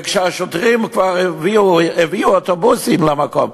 וכשהשוטרים כבר הביאו אוטובוסים למקום,